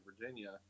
Virginia